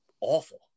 awful